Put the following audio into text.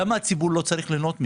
למה הציבור לא צריך ליהנות מזה?